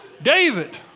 David